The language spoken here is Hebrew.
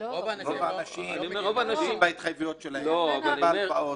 הם עומדים בהתחייבויות שלהם, הם עומדים בהלוואות